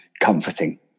comforting